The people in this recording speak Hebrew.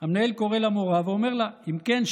המנהל קורא למורה ואומר לה: אם כן,